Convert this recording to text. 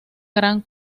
gran